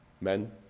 Men